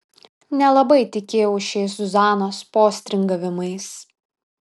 nelabai tikėjau šiais zuzanos postringavimais